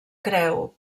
creu